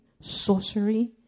sorcery